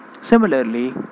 Similarly